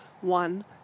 one